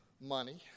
money